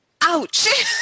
Ouch